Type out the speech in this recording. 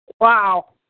Wow